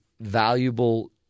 valuable